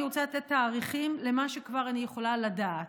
אני רוצה לתת תאריכים למה שאני כבר יכולה לדעת: